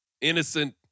innocent